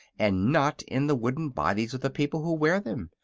and not in the wooden bodies of the people who wear them.